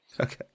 Okay